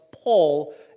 Paul